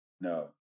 No